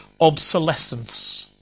obsolescence